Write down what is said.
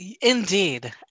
Indeed